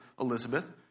Elizabeth